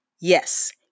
yes